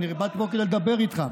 אני באתי לפה כדי לדבר איתך.